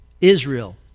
Israel